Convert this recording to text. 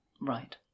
Right